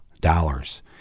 dollars